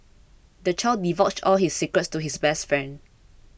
the child divulged all his secrets to his best friend